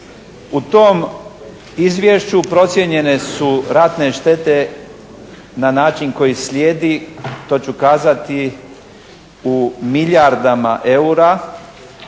U tom izvješću procijenjene su ratne štete na način koji slijedi, to ću kazati u milijardama eura.